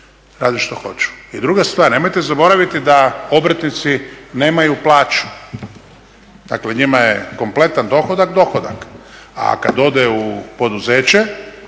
raditi što hoću. I druga stvar, nemojte zaboraviti da obrtnici nemaju plaću. Dakle, njima je kompletan dohodak, dohodak, a kad ode u poduzeće,